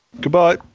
Goodbye